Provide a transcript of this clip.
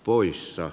poissa